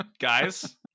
guys